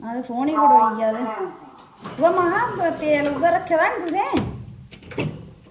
ते फोन गै कटोइया ते एह् महां तेल उऐ रक्खे दा ना तुसें